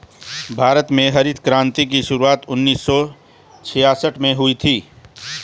भारत में हरित क्रान्ति की शुरुआत उन्नीस सौ छियासठ में हुई थी